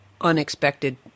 unexpected